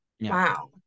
Wow